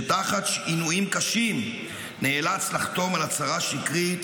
שתחת עינויים קשים נאלץ לחתום על הצהרה שקרית